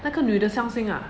那个女的相信 ah